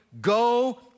go